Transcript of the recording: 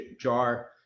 jar